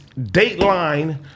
Dateline